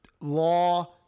law